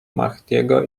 mahdiego